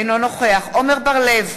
אינו נוכח עמר בר-לב,